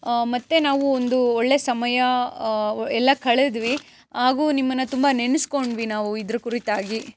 ಮತ್ತು ನಾವು ಒಂದು ಒಳ್ಳೆಯ ಸಮಯ ಎಲ್ಲ ಕಳೆದ್ವಿ ಹಾಗೂ ನಿಮ್ಮನ್ನು ತುಂಬ ನೆನೆಸ್ಕೊಂಡ್ವಿ ನಾವು ಇದ್ರ ಕುರಿತಾಗಿ